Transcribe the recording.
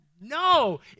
No